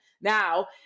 now